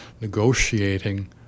negotiating